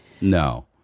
No